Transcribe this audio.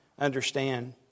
understand